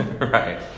Right